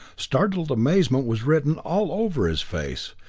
startled amazement was written all over his face,